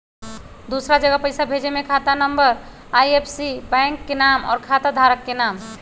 दूसरा जगह पईसा भेजे में खाता नं, आई.एफ.एस.सी, बैंक के नाम, और खाता धारक के नाम?